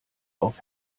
auf